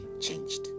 changed